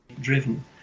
driven